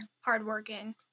Hardworking